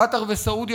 קטאר וסעודיה,